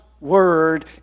Word